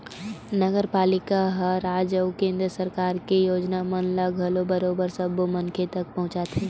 नगरपालिका ह राज अउ केंद्र सरकार के योजना मन ल घलो बरोबर सब्बो मनखे मन तक पहुंचाथे